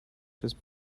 just